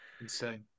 Insane